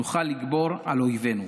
נוכל לגבור על אויבינו.